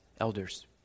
elders